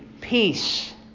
peace